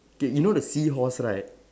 K you know the seahorse right